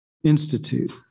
Institute